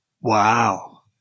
Wow